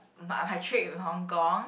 but my trip with Hong-Kong